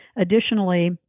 Additionally